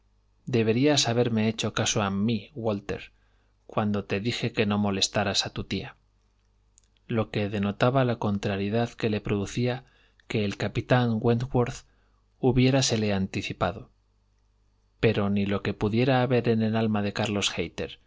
debías haberme hecho caso a mí walter cuando te dije que no molestaras a tu tía lo que denotaba la contrariedad que le producía que el capitán wentworth hubiérasele anticipado pero ni lo que pudiera haber en el alma de carlos